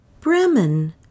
Bremen